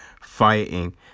fighting